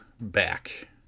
back